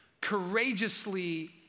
courageously